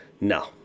No